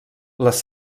les